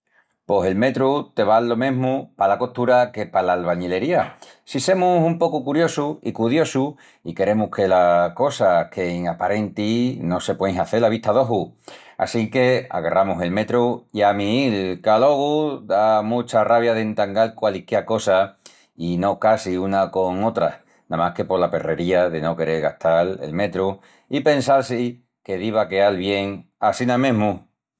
Pos el metru te val lo mesmu pala costura que pala albañilería. Si semus un pocu curiosus, i cudiosus, i queremus que las cosas quein aparentis no se puein hazel a vista d'oju. Assinque agarramus el metru i a miíl, qu'alogu da mucha ravia d'entangal qualisquiá cosa i no casi una cosa con otra, namás que pola perrería de no querel gastal el metru i pensal-si que diva a queal bien assina mesmu.